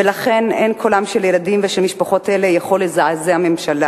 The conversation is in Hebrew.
ולכן אין קולם של ילדים ושל משפחות אלה יכול לזעזע ממשלה.